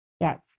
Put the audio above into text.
yes